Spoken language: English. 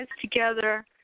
together